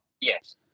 Yes